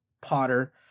Potter